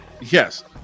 yes